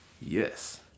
Yes